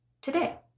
today